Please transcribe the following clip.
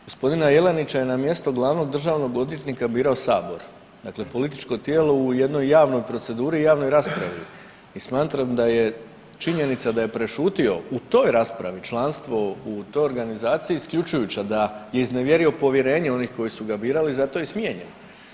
Gospodina Jelenića je na mjesto glavnog državnog odvjetnika birao sabor, dakle političko tijelo u jednoj javnoj proceduri i javnoj raspravi i smatram da je činjenica da je prešutio u toj raspravi članstvo u toj organizaciji isključujuća, da je iznevjerio povjerenje onih koji su ga birali zato je i smijenjen.